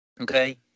Okay